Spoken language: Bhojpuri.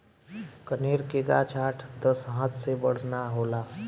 कनेर के गाछ आठ दस हाथ से बड़ ना होला